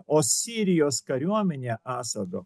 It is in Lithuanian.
o sirijos kariuomenė asado